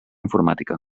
informàtica